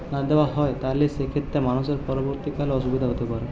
না দেওয়া হয় তাহলে সেক্ষেত্রে মানুষের পরবর্তীকালে অসুবিধা হতে পারে